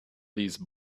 these